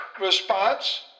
response